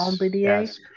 Yes